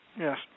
Yes